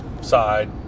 side